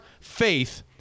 faith